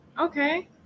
okay